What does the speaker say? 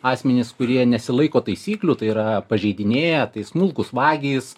asmenys kurie nesilaiko taisyklių tai yra pažeidinėja tai smulkūs vagys